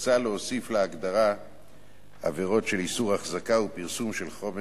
מוצע להוסיף להגדרה עבירות של איסור החזקה ופרסום של חומר